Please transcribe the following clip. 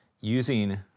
using